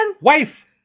Wife